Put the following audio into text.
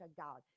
God